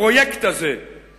הפרויקט הזה,